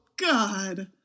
God